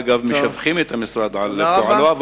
אגב, משבחים את המשרד על פועלו, תודה רבה.